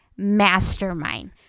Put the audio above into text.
mastermind